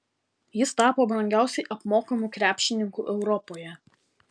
jis tapo brangiausiai apmokamu krepšininku europoje